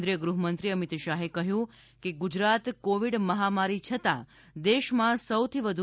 કેન્દ્રીય ગૃહમંત્રી અમિત શાહે કહ્યું છે કે ગુજરાત કોવિડ મહામારી છતાં દેશમાં સૌથી વધુ